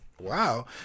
Wow